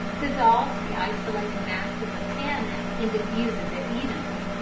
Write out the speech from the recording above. dissolves the isolated masses of tannin and diffuses it evenly,